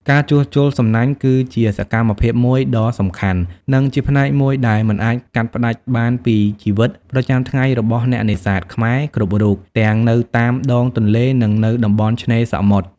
ការជួសជុលសំណាញ់គឺជាសកម្មភាពមួយដ៏សំខាន់ និងជាផ្នែកមួយដែលមិនអាចកាត់ផ្ដាច់បានពីជីវិតប្រចាំថ្ងៃរបស់អ្នកនេសាទខ្មែរគ្រប់រូបទាំងនៅតាមដងទន្លេ និងនៅតំបន់ឆ្នេរសមុទ្រ។